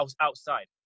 outside